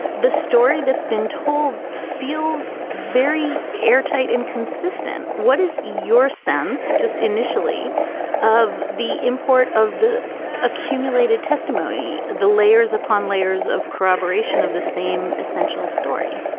the story that's been told feels very airtight, inconsistent. what is your sense? just initially of the import of the accumulated testimony, the layers upon layers of corroboration of the same essential story?